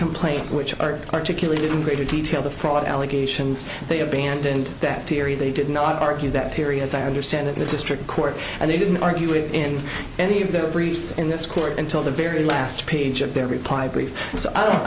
complaint which are articulated in greater detail the fraud allegations they abandoned that theory they did not argue that theory as i understand it the district court and they didn't argue it in any of the briefs in this court until the very last page of their reply brief so i don't